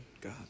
God